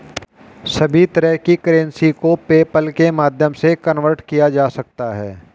सभी तरह की करेंसी को पेपल्के माध्यम से कन्वर्ट किया जा सकता है